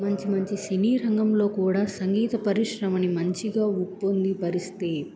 మంచి మంచి సినీ రంగంలో కూడా సంగీత పరిశ్రమని మంచిగా ఉప్పొంగి పరిస్తే